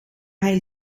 hij